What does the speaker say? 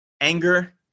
anger